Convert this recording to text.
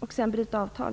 och bryta avtal.